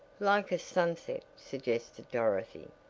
like a sunset, suggested dorothy.